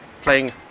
playing